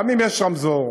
גם אם יש רמזור,